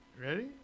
Ready